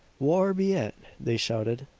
war be it! they shouted.